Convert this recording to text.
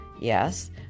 Yes